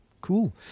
cool